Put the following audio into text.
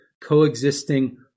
coexisting